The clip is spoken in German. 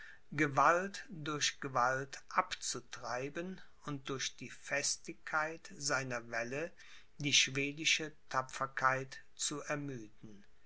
gewalt durch gewalt abzutreiben und durch die festigkeit seiner wälle die schwedische tapferkeit zu ermüden er